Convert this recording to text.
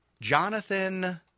Jonathan